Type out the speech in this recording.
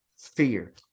fear